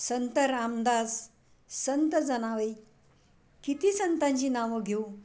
संत रामदास संत जनाबाई किती संतांची नावं घेऊ